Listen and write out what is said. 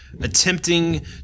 attempting